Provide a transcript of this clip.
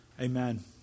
Amen